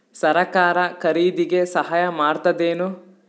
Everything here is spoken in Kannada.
ಸರಕಾರ ಖರೀದಿಗೆ ಸಹಾಯ ಮಾಡ್ತದೇನು?